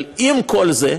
אבל עם כל זה,